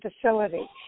facility